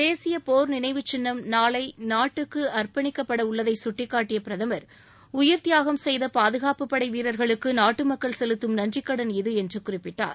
தேசிய போர் நினைவுச் சின்னம் நாளை நாட்டுக்கு அர்பணிக்கப்பட உள்ளதை சுட்டிக்காட்டிய பிரதமர் உயிர்த்தியாகம் செய்த பாதுகாப்புப் படை வீரர்களுக்கு நாட்டு மக்கள் செலுத்தும் நன்றிக் கடன் இது என்று குறிப்பிட்டார்